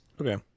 Okay